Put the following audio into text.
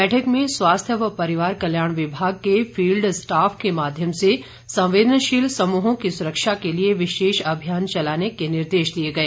बैठक में स्वास्थ्य व परिवार कल्याण विभाग के फील्ड स्टाफ के माध्यम से संवेदनशील समुहों की सुरक्षा के लिए विशेष अभियान चलाने के निर्देश दिए गए